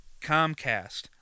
Comcast